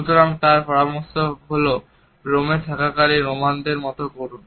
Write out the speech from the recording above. সুতরাং তার পরামর্শ হল রোমে থাকাকালীন রোমানদের মতো করুন